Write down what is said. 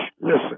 Listen